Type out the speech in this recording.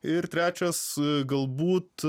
ir trečias galbūt